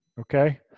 Okay